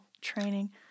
training